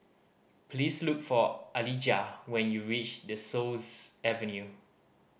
please look for Alijah when you reach De Souza Avenue